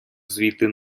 звідти